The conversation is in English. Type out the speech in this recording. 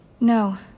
No